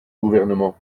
gouvernement